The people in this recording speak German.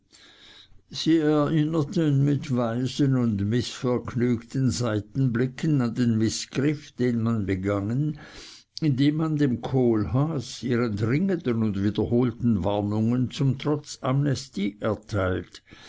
sie erinnerten mit weisen und mißvergnügten seitenblicken an den mißgriff den man begangen indem man dem kohlhaas ihren dringenden und wiederholten warnungen zum trotz amnestie erteilt